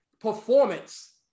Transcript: performance